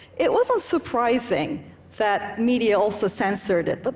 it wasn't surprising that media also censored it, but